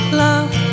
love